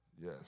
Yes